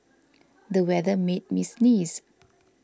the weather made me sneeze